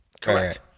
Correct